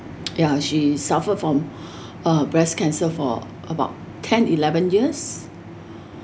ya she suffered from uh breast cancer for about ten eleven years